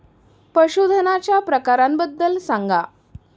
पशूधनाच्या प्रकारांबद्दल सांगा